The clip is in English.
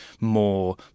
more